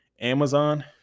Amazon